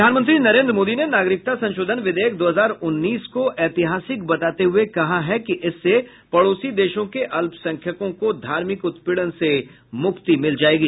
प्रधानमंत्री नरेन्द्र मोदी ने नागरिकता संशोधन विधेयक दो हजार उन्नीस को ऐतिहासिक बताते हुए कहा है कि इससे पड़ोसी देशों के अल्पसंख्यकों को धार्मिक उत्पीड़न से मुक्ति मिल जायेगी